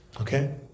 Okay